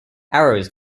arrows